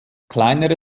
kleinere